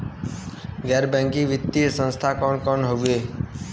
गैर बैकिंग वित्तीय संस्थान कौन कौन हउवे?